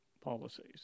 policies